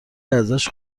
ازش